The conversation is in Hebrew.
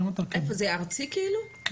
זה תפקיד ארצי?